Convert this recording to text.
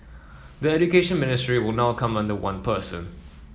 the Education Ministry would now come under one person